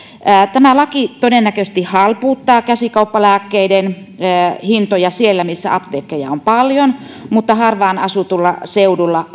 tämä laki todennäköisesti halpuuttaa käsikauppalääkkeiden hintoja siellä missä apteekkeja on paljon mutta harvaan asutulla seudulla